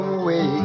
away